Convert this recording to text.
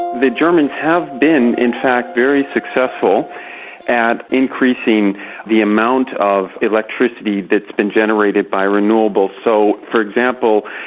the germans have been, in fact, very successful at increasing the amount of electricity that's been generated by renewables. so, for example,